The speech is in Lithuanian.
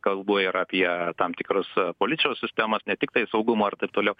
kalbu ir apie tam tikras policijos sistemas ne tiktai saugumo ir taip toliau